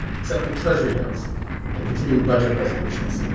except with treasury notes and continuing budget resolutions